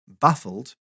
Baffled